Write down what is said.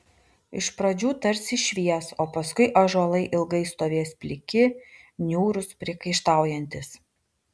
iš pradžių tarsi švies o paskui ąžuolai ilgai stovės pliki niūrūs priekaištaujantys